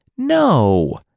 No